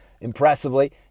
impressively